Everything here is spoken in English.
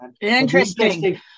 Interesting